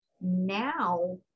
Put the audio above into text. now